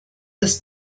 das